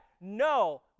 No